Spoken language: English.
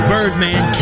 Birdman